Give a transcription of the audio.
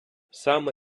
саме